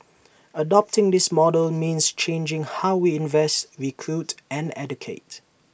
adopting this model means changing how we invest recruit and educate